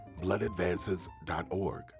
bloodadvances.org